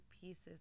pieces